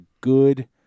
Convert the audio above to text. good